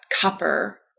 copper